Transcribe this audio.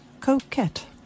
coquette